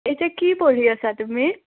এতিয়া কি পঢ়ি আছা তুমি